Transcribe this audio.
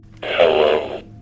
Hello